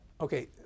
Okay